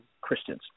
Christians